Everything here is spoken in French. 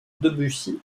debussy